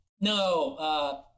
No